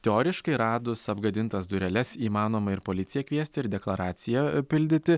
teoriškai radus apgadintas dureles įmanoma ir policiją kviesti ir deklaraciją pildyti